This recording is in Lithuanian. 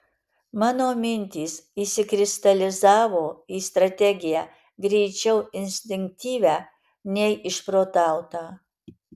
mano mintys išsikristalizavo į strategiją greičiau instinktyvią nei išprotautą